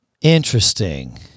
interesting